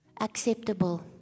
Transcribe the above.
Acceptable